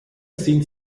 sind